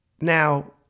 now